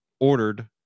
ordered